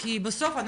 בסוף,